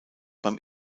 beim